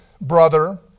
brother